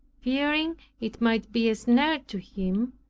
fearing it might be a snare to him,